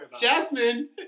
Jasmine